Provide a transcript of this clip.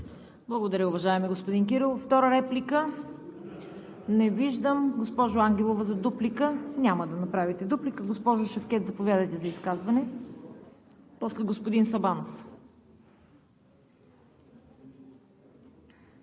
Благодаря, уважаеми господин Кирилов. Втора реплика? Не виждам. Госпожо Ангелова, за дуплика? Няма да направите дуплика. Госпожо Шевкед, заповядайте за изказване, после господин Сабанов.